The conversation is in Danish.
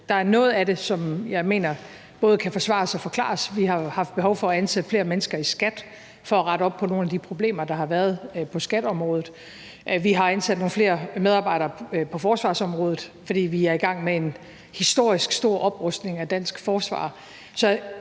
Der er noget af det, som jeg mener både kan forsvares og forklares. Vi har jo haft behov for at ansætte flere mennesker i skattevæsenet for at rette op på nogle af de problemer, der har været på skatteområdet. Vi har ansat nogle flere medarbejdere på forsvarsområdet, fordi vi i gang med en historisk stor oprustning af dansk forsvar.